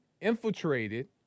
infiltrated